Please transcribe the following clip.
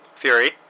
fury